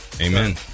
Amen